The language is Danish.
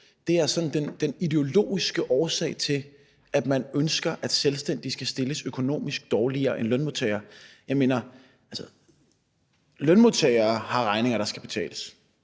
er den sådan ideologiske årsag til, at man ønsker, at selvstændige skal stilles økonomisk dårligere end lønmodtagere. Jeg mener: Lønmodtagere har regninger, der skal betales,